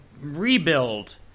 rebuild